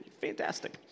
Fantastic